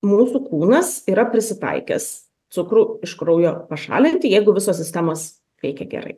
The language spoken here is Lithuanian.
mūsų kūnas yra prisitaikęs cukrų iš kraujo pašalinti jeigu visos sistemos veikia gerai